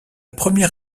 première